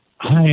Hi